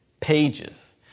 pages